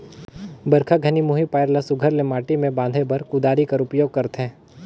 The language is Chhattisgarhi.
बरिखा घनी मुही पाएर ल सुग्घर ले माटी मे बांधे बर कुदारी कर उपियोग करथे